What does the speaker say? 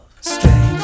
strange